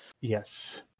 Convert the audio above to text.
Yes